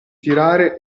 tirare